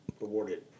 awarded